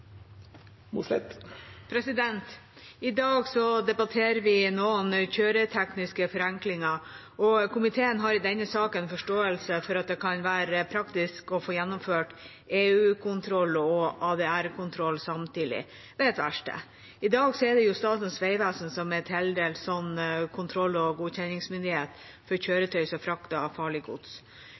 til. I dag debatterer vi noen kjøretøytekniske forenklinger, og komiteen har i denne saken forståelse for at det kan være praktisk å få gjennomført EU-kontroll og ADR-kontroll samtidig, ved et verksted. I dag er det Statens vegvesen som er tildelt slik kontroll- og godkjenningsmyndighet for kjøretøy som frakter farlig gods.